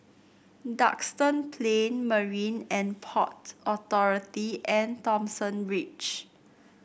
Duxton Plain Marine And Port Authority and Thomson Ridge